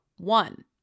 One